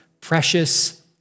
precious